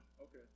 Okay